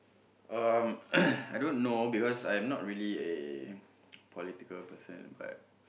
um I don't know because I'm not really a political person but